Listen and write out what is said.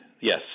yes